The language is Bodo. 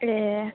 ए